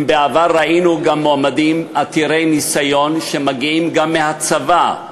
אם בעבר ראינו מועמדים עתירי ניסיון שמגיעים גם מהצבא,